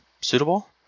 Suitable